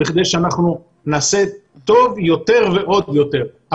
בכדי שאנחנו נעשה טוב יותר ועוד יותר.